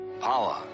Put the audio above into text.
Power